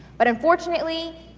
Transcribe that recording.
but unfortunately,